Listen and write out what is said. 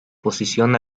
posición